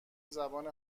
زبان